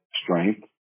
Strength